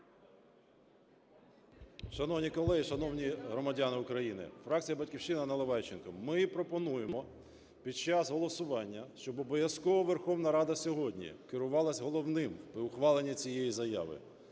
Шановні колеги, шановні громадяни України, фракція "Батьківщина", Наливайченко. Ми пропонуємо під час голосування, щоб обов'язково Верховна Рада сьогодні керувалась головним при ухваленні цієї заяви